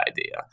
idea